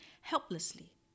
helplessly